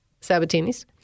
Sabatini's